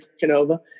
canova